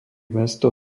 mesto